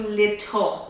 little